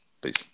peace